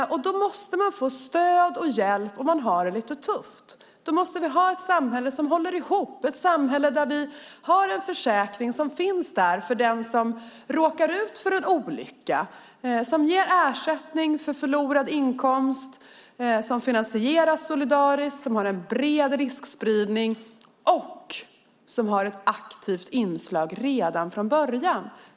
Människor måste få stöd och hjälp om de har det lite tufft. Då måste vi ha ett samhälle som håller ihop där vi har en försäkring som finns där för den som råkar ut för en olycka som ger ersättning för förlorad inkomst, finansieras soldariskt, har en bred riskspridning och har ett aktivt inslag redan från början.